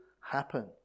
happen